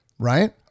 Right